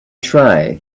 try